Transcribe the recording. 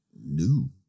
new